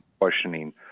questioning